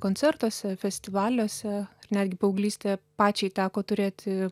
koncertuose festivaliuose netgi paauglystėje pačiai teko turėti